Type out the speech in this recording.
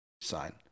sign